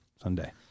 someday